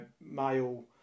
male